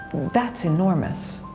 that's enormous.